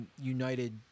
United